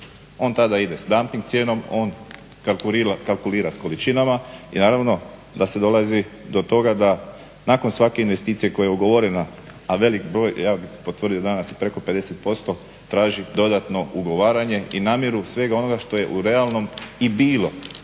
On tada ide s dumping cijenom, on kalkulira s količinama i naravno da se dolazi do toga da nakon svake investicije koja je ugovorena, a velik broj, evo potvrđeno je danas i preko 50% traži dodatno ugovaranje i namjeru svega onoga što je u realnom i bilo.